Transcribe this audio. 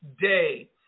day